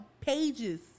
pages